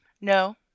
No